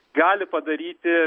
gali padaryti